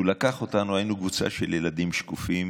הוא לקח אותנו, היינו קבוצה של ילדים שקופים,